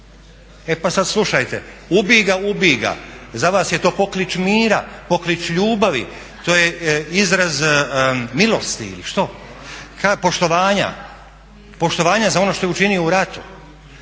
E pa sad slušajte, ubij ga, ubij ga, za vas je to poklič mira, poklič ljubavi, to je izraz milosti ili što, poštovanja, poštovanja za ono što je učinio u ratu.